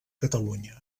catalunya